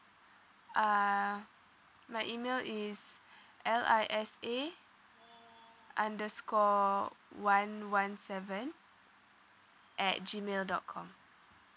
uh my email is L I S A underscore one one seven at G mail dot com